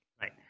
right